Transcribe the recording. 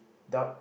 dark